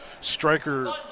striker